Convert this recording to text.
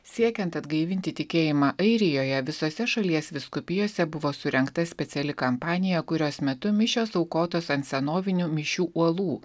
siekiant atgaivinti tikėjimą airijoje visose šalies vyskupijose buvo surengta speciali kampanija kurios metu mišios aukotos ant senovinių mišių uolų